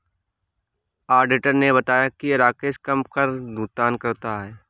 auditor ने बताया कि राकेश कम कर भुगतान करता है